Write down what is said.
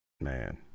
man